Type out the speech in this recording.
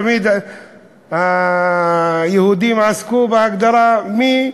תמיד היהודים עסקו בהגדרה מי